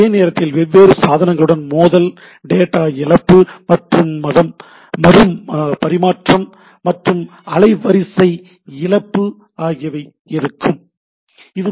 அதே நேரத்தில் வெவ்வேறு சாதனங்களுடன் மோதல் டேட்டா இழப்பு மற்றும் மறு பரிமாற்றம் மற்றும் அலைவரிசை இழப்பு ஆகியவை இருக்கும் Refer Time 3336